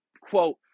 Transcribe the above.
quote